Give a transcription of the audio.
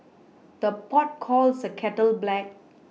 the pot calls the kettle black